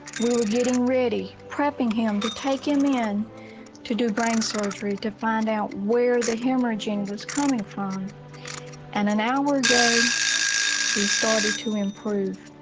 we were getting ready, prepping him to take him in to do brain surgery to find out where the hemorrhaging was coming from and an hour ago he started to improve.